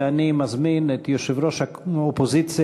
אני מזמין את יושב-ראש האופוזיציה,